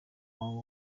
muhango